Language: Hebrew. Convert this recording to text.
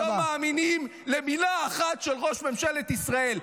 לא מאמינים למילה אחת של ראש ממשלת ישראל.